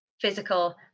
physical